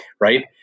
right